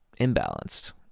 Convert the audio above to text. imbalanced